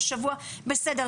בסדר,